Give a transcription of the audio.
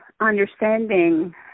understanding